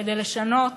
כדי לשנות